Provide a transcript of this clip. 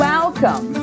Welcome